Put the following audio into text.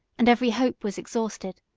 and every hope was exhausted,